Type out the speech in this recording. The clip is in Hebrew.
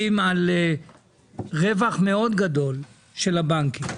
על רווח מאוד גדול של הבנקים.